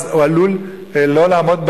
אז הוא עלול לא לעמוד בתשלומים,